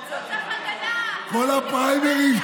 את כל הפריימריז,